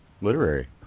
literary